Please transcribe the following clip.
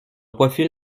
profil